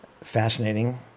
Fascinating